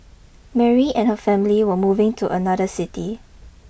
Mary and her family were moving to another city